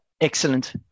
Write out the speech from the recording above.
Excellent